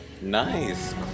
Nice